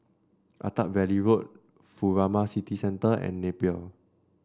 Attap Valley Road Furama City Centre and Napier